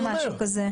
או משהו כזה.